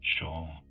Sure